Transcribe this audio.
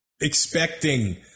expecting